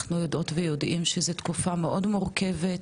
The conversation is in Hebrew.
אנחנו יודעות ויודעים שזו תקופה מאוד מורכבת,